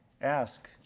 Ask